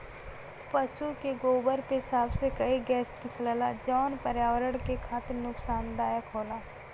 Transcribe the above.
पसु के गोबर पेसाब से कई गैस निकलला जौन पर्यावरण के खातिर नुकसानदायक होला